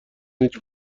هیچ